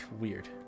Weird